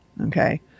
okay